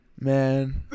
Man